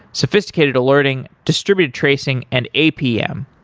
sophisticated alerting, distributed tracing and apm.